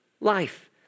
life